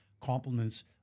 compliments